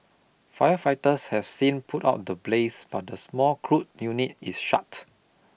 firefighters have since put out the blaze but the small crude unit is shut